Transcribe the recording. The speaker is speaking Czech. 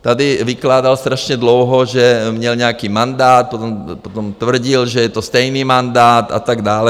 Tady vykládal strašně dlouho, že měl nějaký mandát, potom tvrdil, že je to stejný mandát, a tak dále.